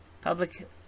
Public